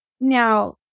Now